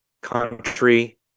Country